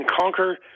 conquer